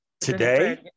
Today